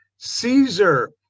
Caesar